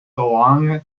along